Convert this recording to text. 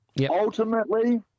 Ultimately